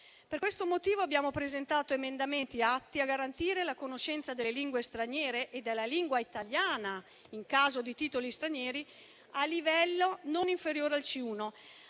Per questo motivo, abbiamo presentato emendamenti atti a garantire la conoscenza delle lingue straniere e della lingua italiana in caso di titoli stranieri a un livello non inferiore al C1.